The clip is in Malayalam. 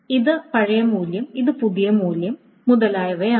ഇത് പഴയ മൂല്യം ഇത് പുതിയ മൂല്യം മുതലായവയാണ്